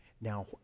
now